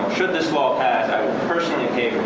should this law personally